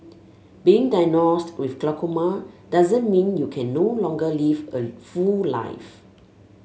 being diagnosed with glaucoma doesn't mean you can no longer live a full life